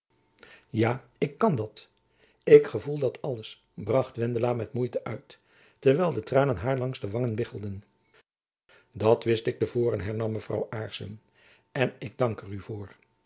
ja ik kan dat ik gevoel dat alles bracht wendela met moeite uit terwijl de tranen haar langs de wangen biggelden dat wist ik te voren hernam mevrouw aarsjacob van lennep elizabeth musch sen en ik dank er u voor